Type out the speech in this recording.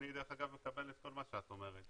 אני דרך אגב מקבל את כל מה שאת אומרת.